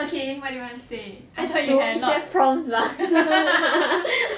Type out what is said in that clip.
okay what do you want to say I thought you have a lot